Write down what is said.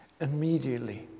Immediately